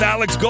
Alex